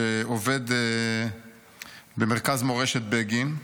שעובד במרכז מורשת בגין,